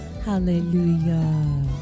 Hallelujah